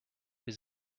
his